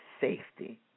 safety